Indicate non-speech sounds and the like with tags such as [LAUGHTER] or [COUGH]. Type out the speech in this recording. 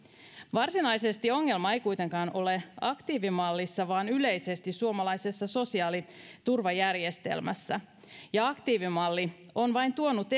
varsinaisesti ongelma ei kuitenkaan ole aktiivimallissa vaan yleisesti suomalaisessa sosiaaliturvajärjestelmässä ja aktiivimalli on vain tuonut [UNINTELLIGIBLE]